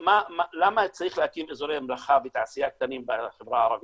למה צריך להקים אזורי מלאכה ותעשייה קטנים בחברה הערבית,